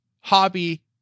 hobby